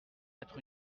être